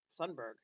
Thunberg